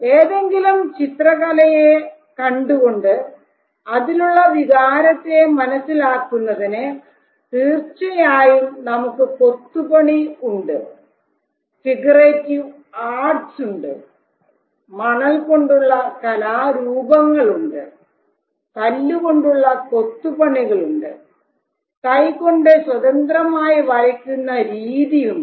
ഏതെങ്കിലും ചിത്രകലയെ കണ്ടുകൊണ്ട് അതിലുള്ള വികാരത്തെ മനസ്സിലാക്കുന്നതിന് തീർച്ചയായും നമുക്ക് കൊത്തുപണി ഉണ്ട് ഫിഗറേറ്റീവ് ആർട്ട്സ് ഉണ്ട് മണൽ കൊണ്ടുള്ള കലാരൂപങ്ങൾ ഉണ്ട് കല്ലുകൊണ്ടുള്ള കൊത്തുപണികളുണ്ട് കൈ കൊണ്ട് സ്വതന്ത്രമായി വരയ്ക്കുന്ന രീതി ഉണ്ട്